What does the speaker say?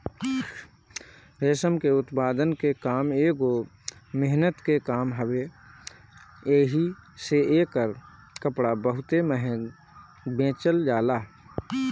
रेशम के उत्पादन के काम एगो मेहनत के काम हवे एही से एकर कपड़ा बहुते महंग बेचल जाला